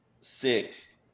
sixth